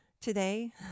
today